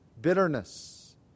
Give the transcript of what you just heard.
bitterness